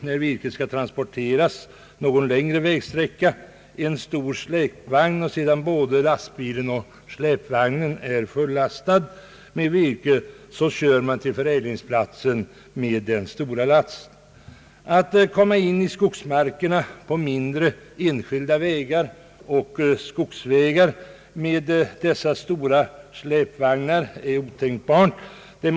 När virke skall transporteras någon längre vägsträcka, har man i regel en stor släpvagn, och sedan både lastbilen och släpvagnen lastats med virke kör man till förädlingsplatsen. Att komma in i skogsmarkerna på små enskilda vägar och skogsvägar med dessa stora släp vagnar är otänkbart.